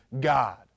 God